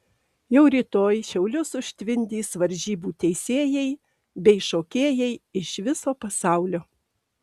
jau rytoj šiaulius užtvindys varžybų teisėjai bei šokėjai iš viso pasaulio